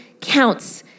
counts